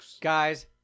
Guys